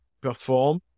perform